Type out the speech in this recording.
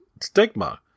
stigma